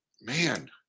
man